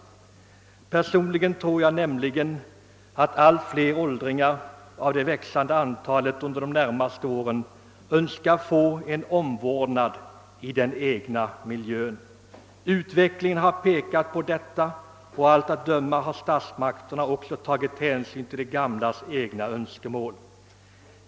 Personligen tror jag nämligen att allt fler åldringar av det växande antalet under de närmaste åren önskar få en omvårdnad i den egna miljön. Utvecklingen har pekat på detta, och av allt att döma har statsmakterna också tagit hänsyn till de gamlas egna önskemål.